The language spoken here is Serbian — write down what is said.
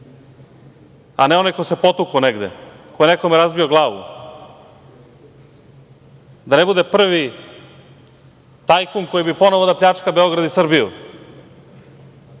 a ne onaj ko se potukao negde, ko je nekome razbio glavu. Da ne bude prvi tajkun koji bi ponovo da pljačka Beograd i Srbiju,